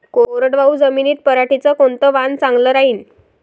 कोरडवाहू जमीनीत पऱ्हाटीचं कोनतं वान चांगलं रायीन?